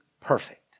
perfect